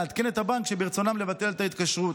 לעדכן את הבנק שברצונם לבטל את ההתקשרות.